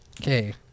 Okay